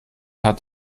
hat